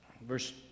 Verse